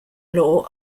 law